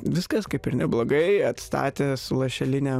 viskas kaip ir neblogai atstatė su lašeline